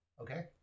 Okay